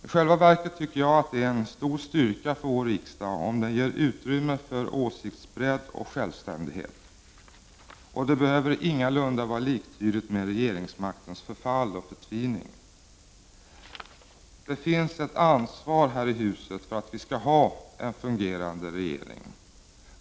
I själva verket tycker jag att det är en stor styrka för vår riksdag om den ger utrymme för åsiktsbredd och självständighet. Och det behöver ingalunda vara liktydigt med regeringsmaktens förfall och förtvining. Det finns ett ansvar här i huset för att vi skall ha en fungerande regering.